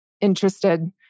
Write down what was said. interested